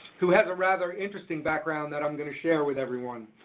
who has a rather interesting background that i'm gonna share with everyone.